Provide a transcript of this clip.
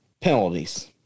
Penalties